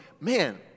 man